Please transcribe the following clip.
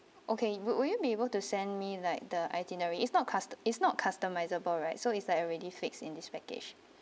okay would would you be able to send me like the itinerary it's not cust~ it's not customizable right so it's like already fix in this package